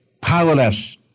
powerless